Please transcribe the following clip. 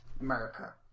America